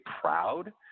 proud